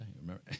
remember